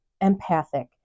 empathic